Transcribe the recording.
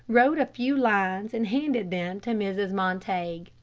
wrote a few lines and handed them to mrs. montague.